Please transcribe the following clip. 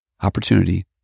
opportunity